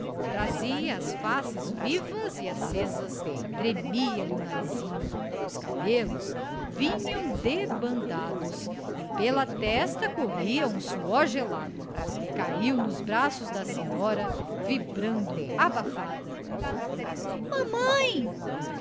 trazia as faces vivas e accesas tremia lhe o narizinho os cabellos vinham debandados e pela testa corria um suor gelado cahiu nos braços da senhora vibrando abafada lamãe